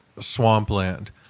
swampland